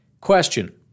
Question